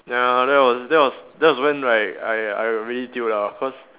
ya that was that was that was when right I I got really tio ah cause